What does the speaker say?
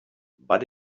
but